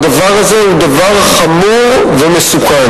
הדבר הזה הוא דבר חמור ומסוכן.